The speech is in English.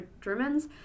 Germans